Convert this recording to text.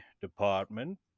department